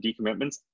decommitments